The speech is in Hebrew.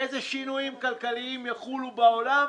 איזה שינויים כלכליים יחולו בעולם.